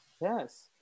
Yes